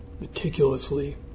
meticulously